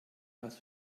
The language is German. hast